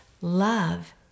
Love